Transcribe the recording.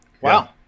Wow